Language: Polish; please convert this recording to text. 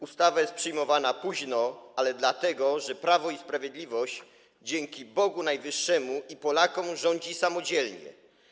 Ustawa jest przyjmowana późno, ale dlatego że teraz Prawo i Sprawiedliwość dzięki Bogu Najwyższemu i Polakom rządzi samodzielnie.